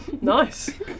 Nice